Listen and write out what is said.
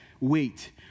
wait